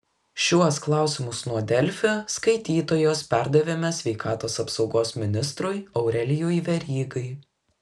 šiuos klausimus nuo delfi skaitytojos perdavėme sveikatos apsaugos ministrui aurelijui verygai